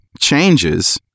changes